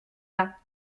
vent